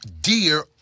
dear